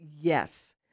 yes